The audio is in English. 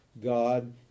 God